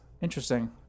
Interesting